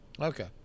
Okay